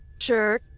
Sure